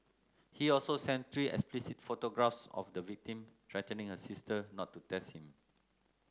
he also sent three explicit photographs of the victim threatening her sister not to test him